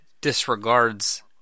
disregards